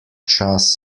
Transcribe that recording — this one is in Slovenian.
čas